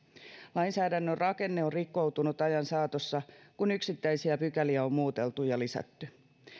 lainsäädännön rakenne on rikkoutunut ajan saatossa kun yksittäisiä pykäliä on muuteltu ja lisätty